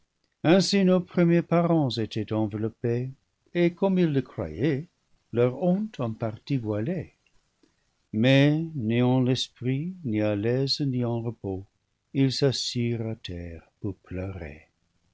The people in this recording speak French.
ainsi nos premiers parents étaient enveloppés et comme ils le croyaient leur honte en partie voilée mais n'ayant l'esprit ni à l'aise ni en repos ils s'assirent à terre pour pleurer